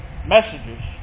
Messages